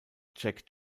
check